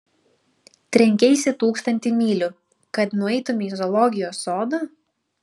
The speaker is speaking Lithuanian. trenkeisi tūkstantį mylių kad nueitumei į zoologijos sodą